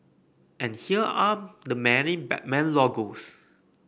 and here are the many Batman logos